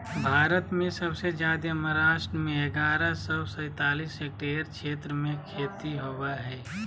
भारत में सबसे जादे महाराष्ट्र में ग्यारह सौ सैंतालीस हेक्टेयर क्षेत्र में खेती होवअ हई